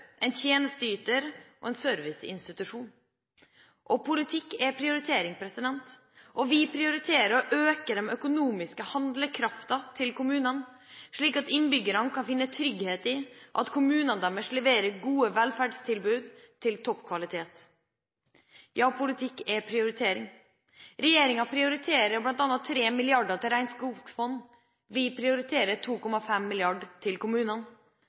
en tjenesteyter og en serviceinstitusjon. Politikk er prioritering, og vi prioriterer å øke den økonomiske handlekraften til kommunene, slik at innbyggerne kan finne trygghet i at kommunene deres leverer gode velferdstilbud med topp kvalitet. Ja, politikk er prioritering. Regjeringen prioriterer bl.a. 3 mrd. kr til regnskogsfond – vi prioriterer 2,5 mrd. kr til kommunene.